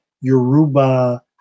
Yoruba